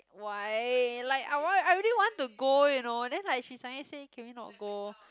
why like I want I really want to go you know then like she suddenly say can we not go